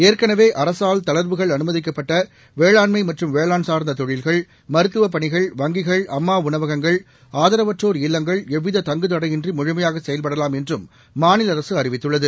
ஏற்கனவே அரசால் தளாவுகள் அனுமதிக்கப்பட்ட வேளாண்மை மற்றும் வேளாண் சாாந்த தொழில்கள் மருத்துவப் பணிகள் வங்கிகள் அம்மா உணவகங்கள் ஆதரவற்றோர் இல்லங்கள் எவ்வித தங்குத் தடையின்றி முழுமையாக செயல்படலாம் என்றும் மாநில அரசு அறிவித்துள்ளது